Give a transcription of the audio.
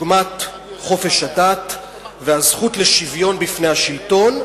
דוגמת חופש הדת והזכות לשוויון בפני השלטון,